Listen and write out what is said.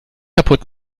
kaputt